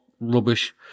rubbish